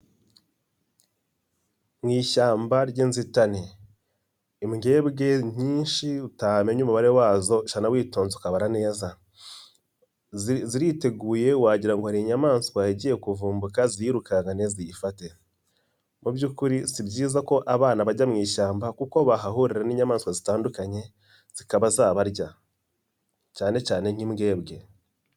Mu ishyamba ry'inzitane imbwebwe nyinshi utamenya umubare wazo witonze ukabara neza, ziriteguye wagira ngo hari inyamaswa igiye kuvumbuka zirukanga ziyifate. Mu byukuri sibyiza ko abana bajya mu ishyamba kuko bahahurira n'inyamaswa zitandukanye zikaba zabarya cyane cyane nk'imbwebwe.